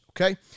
okay